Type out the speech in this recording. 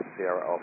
Sierra